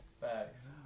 Facts